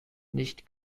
nicht